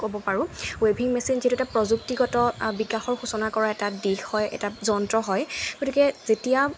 ক'ব পাৰোঁ ৱেভিং মেচিন যিটো এটা প্ৰযুক্তিগত বিকাশৰ সূচনা কৰা এটা দিশ হয় এটা যন্ত্ৰ হয় গতিকে যেতিয়া